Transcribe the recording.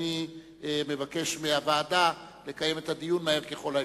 אני מבקש מהוועדה לקיים את הדיון מהר ככל האפשר.